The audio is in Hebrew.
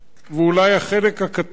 ואולי החלק הקטן,